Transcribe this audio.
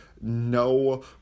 no